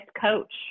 coach